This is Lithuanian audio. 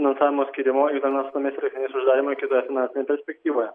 finansavimo skyrimo ignalinos atominės elektrinės uždarymui kitoje finansinėje perspektyvoje